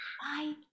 Bye